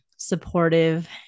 supportive